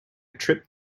trip